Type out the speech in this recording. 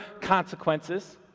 consequences